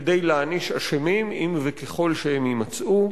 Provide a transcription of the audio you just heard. כדי להעניש אשמים, אם וככל שהם יימצאו.